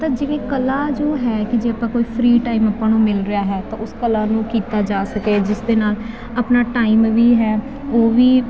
ਤਾਂ ਜਿਵੇਂ ਕਲਾ ਜੋ ਹੈ ਕਿ ਜੇ ਆਪਾਂ ਕੋਈ ਫ੍ਰੀ ਟਾਈਮ ਆਪਾਂ ਨੂੰ ਮਿਲ ਰਿਹਾ ਹੈ ਤਾਂ ਉਸ ਕਲਾ ਨੂੰ ਕੀਤਾ ਜਾ ਸਕੇ ਜਿਸ ਦੇ ਨਾਲ ਆਪਣਾ ਟਾਈਮ ਵੀ ਹੈ ਉਹ ਵੀ